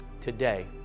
today